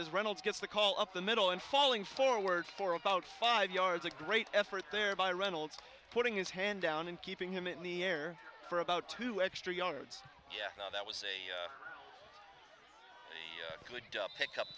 as reynolds gets the call up the middle and falling forward for about five yards a great effort there by reynolds putting his hand down and keeping him in the air for about two extra yards yeah that was a good pick up